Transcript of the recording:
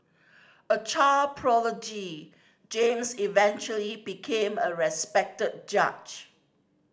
a child prodigy James eventually became a respected judge